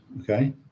okay